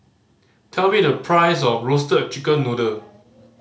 tell me the price of Roasted Chicken Noodle